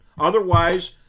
Otherwise